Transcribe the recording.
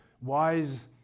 wise